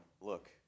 look